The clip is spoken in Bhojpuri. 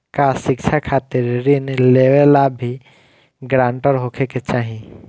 का शिक्षा खातिर ऋण लेवेला भी ग्रानटर होखे के चाही?